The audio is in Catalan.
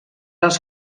als